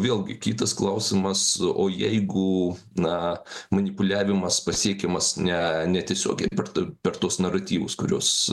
vėlgi kitas klausimas o jeigu na manipuliavimas pasiekiamas ne netiesiogiai per t per tuos naratyvus kuriuos